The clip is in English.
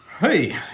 Hey